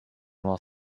while